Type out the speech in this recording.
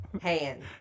Hand